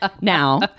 now